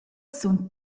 sun